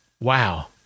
Wow